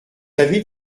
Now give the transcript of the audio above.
avez